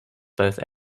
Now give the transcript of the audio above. both